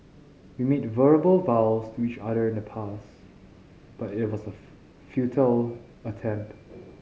we made verbal vows to each other in the past but it was a futile attempt